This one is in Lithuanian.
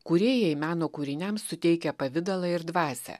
kūrėjai meno kūriniams suteikia pavidalą ir dvasią